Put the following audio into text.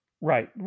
Right